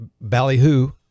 ballyhoo